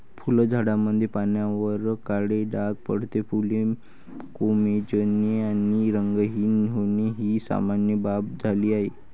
फुलझाडांमध्ये पानांवर काळे डाग पडणे, फुले कोमेजणे आणि रंगहीन होणे ही सामान्य बाब झाली आहे